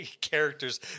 characters